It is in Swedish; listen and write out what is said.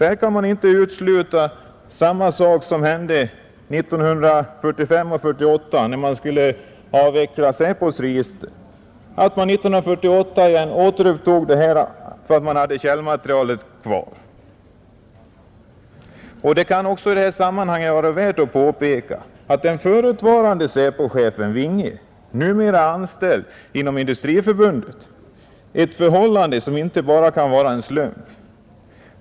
Man kan inte utesluta att samma sak förekommit som hände 1945 och 1948, när SÄPOSs register skulle avvecklas. 1948 återupptogs registreringen och då fanns källmaterialet kvar. Det kan också i det här sammanhanget vara värt att påpeka att den förutvarande SÄPO-chefen Vinge numera är anställd inom Sveriges industriförbund, ett förhållande som inte bara kan vara en slump.